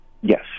Yes